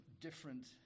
different